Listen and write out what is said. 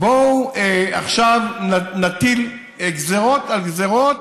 בואו עכשיו נטיל גזירות על גזירות,